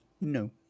No